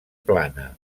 plana